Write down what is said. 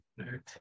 nerd